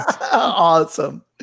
Awesome